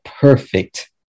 perfect